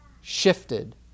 shifted